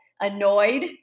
annoyed